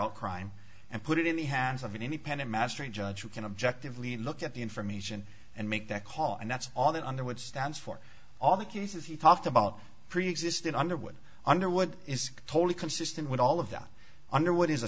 out crime and put it in the hands of an independent magistrate judge who can objectively look at the information and make that call and that's all that under which stands for all the cases you talked about preexisting underwood underwood is totally consistent with all of that under what is a